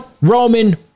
Roman